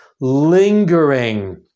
lingering